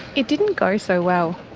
it didn't go so well.